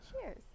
Cheers